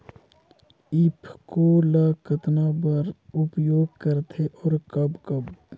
ईफको ल कतना बर उपयोग करथे और कब कब?